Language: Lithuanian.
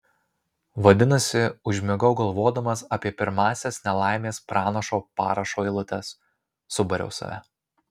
vadinasi užmigau galvodamas apie pirmąsias nelaimės pranašo parašo eilutes subariau save